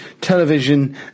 television